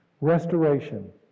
Restoration